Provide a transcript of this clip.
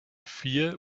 fear